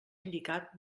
indicat